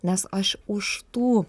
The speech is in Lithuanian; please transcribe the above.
nes aš už tų